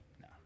No